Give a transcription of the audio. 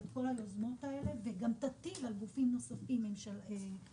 את כל היוזמות האלה וגם תטיל על גופים נוספים משימות.